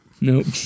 Nope